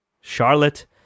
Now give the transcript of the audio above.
Charlotte